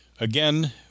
Again